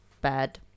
bad